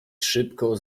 szybko